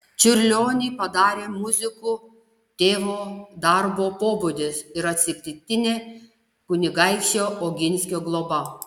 čiurlionį padarė muziku tėvo darbo pobūdis ir atsitiktinė kunigaikščio oginskio globa